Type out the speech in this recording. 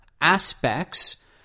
aspects